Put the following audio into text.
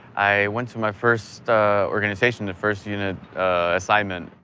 i went to my first organization, the first unit assignment.